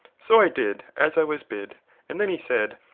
so i did as i was bid and then he said,